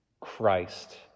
Christ